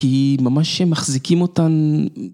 ‫כי ממש מחזיקים אותן...